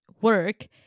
work